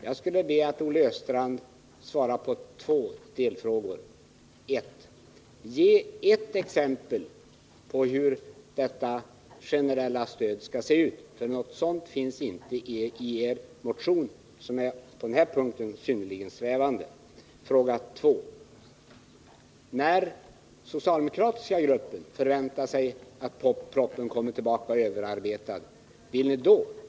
Jag vill att Olle Östrand svarar på två frågor. För det första: Kan Olle Östrand ge ett exempel på hur detta generella stöd skall se ut? Något sådant besked ges inte i er motion, som på denna punkt är synnerligen svävande. För det andra: Den socialdemokratiska gruppen förväntar sig att propositionen kommer tillbaka överarbetad.